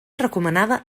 recomanada